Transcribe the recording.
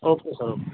okay sir okay